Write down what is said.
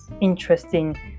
interesting